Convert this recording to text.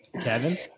Kevin